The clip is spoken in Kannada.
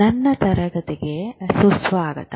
ನನ್ನ ತರಗತಿಗೆ ಸುಸ್ವಾಗತ